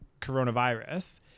coronavirus